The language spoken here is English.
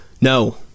no